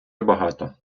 багато